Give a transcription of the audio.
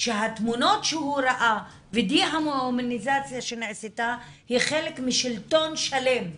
שהתמונות שהוא ראה ודה-ההומניזציה שנעשתה היא חלק משלטון שלם שמנשל,